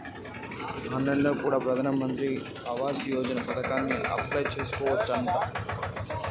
on line లో కూడా ప్రధాన్ మంత్రి ఆవాస్ యోజన పథకానికి అప్లై చేసుకోవచ్చునంట